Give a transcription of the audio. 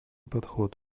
подход